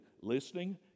listening